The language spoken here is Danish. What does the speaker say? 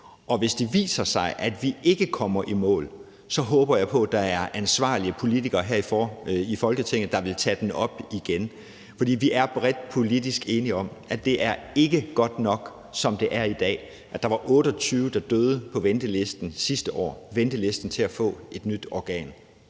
Og hvis det viser sig, at vi ikke kommer i mål, så håber jeg på, at der er ansvarlige politikere her i Folketinget, der vil tage det op igen, for vi er bredt politisk enige om, at det ikke er godt nok, som det er i dag. Der var 28, som døde, da de var på venteliste til at få et nyt organ